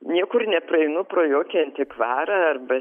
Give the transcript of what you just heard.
niekur nepraeinu pro jokį antikvarą arba